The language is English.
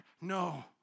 no